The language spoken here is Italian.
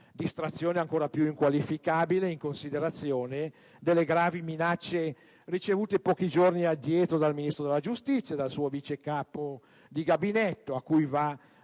Distrazione ancora più inqualificabile in considerazione delle gravi minacce ricevute pochi giorni addietro dal Ministro della giustizia e dal suo vice capo di gabinetto, cui va